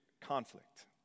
conflict